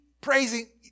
praising